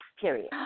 period